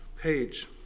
page